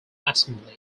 assembly